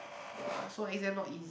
ya lah so exam not easy